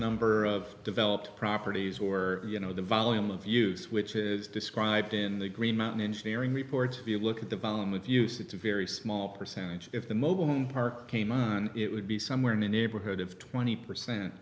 number of developed properties or you know the volume of use which is described in the green mountain engineering report you look at the volume of use it's a very small percentage of the mobile home park a month it would be somewhere in the neighborhood of twenty percent